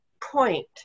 point